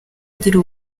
ugira